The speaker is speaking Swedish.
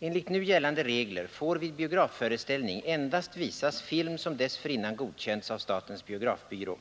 Enligt nu gällande regler får vid biografföreställning endast visas film som dessförinnan godkänts av statens biografbyrå.